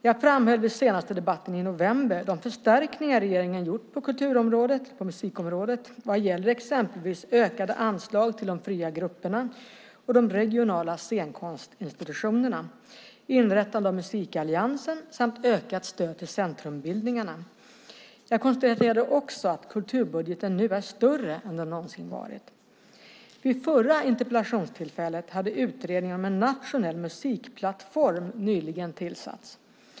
Jag framhöll vid den senaste debatten i november de förstärkningar som regeringen gjort på musikområdet vad gäller exempelvis ökade anslag till de fria grupperna och de regionala scenkonstinstitutionerna, inrättandet av Musikalliansen samt ökat stöd till centrumbildningarna. Jag konstaterade också att kulturbudgeten nu är större än vad den någonsin varit. Vid det förra interpellationstillfället hade utredningen om en nationell musikplattform nyligen tillsatts.